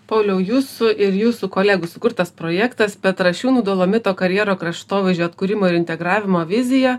pauliau jūsų ir jūsų kolegų sukurtas projektas petrašiūnų dolomito karjero kraštovaizdžio atkūrimo ir integravimo vizija